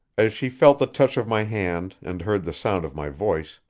as she felt the touch of my hand and heard the sound of my voice,